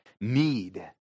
need